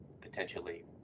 potentially